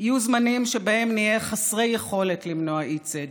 "יהיו זמנים שבהם נהיה חסרי יכולת למנוע אי-צדק,